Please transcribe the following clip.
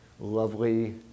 lovely